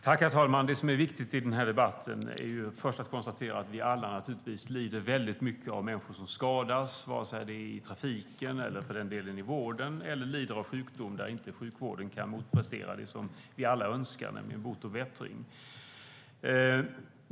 Herr talman! I debatten är det viktigt att först konstatera att vi alla lider väldigt mycket av att människor skadas, i trafiken eller för den delen i vården, eller lider av sjukdom där sjukvården inte kan motprestera det som vi alla önskar, nämligen bot och bättring.